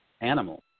animal